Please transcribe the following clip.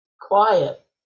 quiet